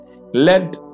let